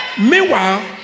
meanwhile